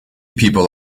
people